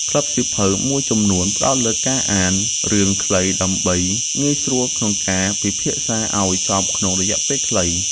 ក្លឹបសៀវភៅមួយចំនួនផ្ដោតលើការអាន រឿងខ្លី ដើម្បីងាយស្រួលក្នុងការពិភាក្សាឱ្យចប់ក្នុងរយៈពេលខ្លី។